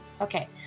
Okay